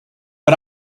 but